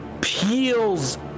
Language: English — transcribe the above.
peels